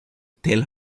tell